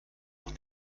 noch